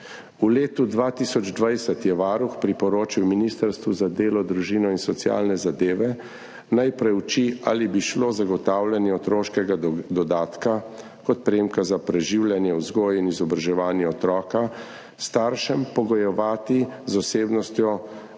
V letu 2020 je Varuh priporočil Ministrstvu za delo, družino, socialne zadeve in enake možnosti, naj preuči, ali bi šlo zagotavljanje otroškega dodatka kot prejemka za preživljanje, vzgojo in izobraževanje otroka staršem pogojevati z obveznostjo